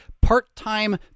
part-time